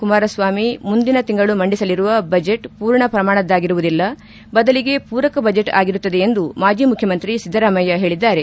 ಕುಮಾರಸ್ವಾಮಿ ಮುಂದಿನ ತಿಂಗಳು ಮಂಡಿಸಲಿರುವ ಬಜೆಟ್ ಪೂರ್ಣ ಪ್ರಮಾಣದ್ದಾಗಿರುವುದಿಲ್ಲ ಬದಲಿಗೆ ಪೂರಕ ಬಜೆಟ್ ಆಗಿರುತ್ತದೆ ಎಂದು ಮಾಜಿ ಮುಖ್ಯಮಂತ್ರಿ ಸಿದ್ದರಾಮಯ್ಯ ಹೇಳಿದ್ದಾರೆ